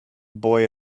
boy